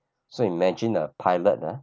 so imagine a pilot ah